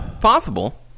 Possible